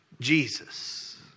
Jesus